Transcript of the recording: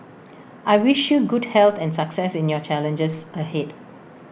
I wish you good health and success in your challenges ahead